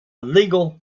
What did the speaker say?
legal